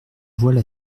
voile